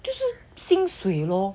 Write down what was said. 就是薪水 lor